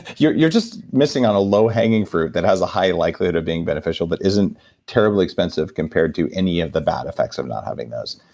you're you're just missing on a low hanging fruit that has a high likelihood of being beneficial. but isn't terribly expensive compared to any of the bad effects of not having those.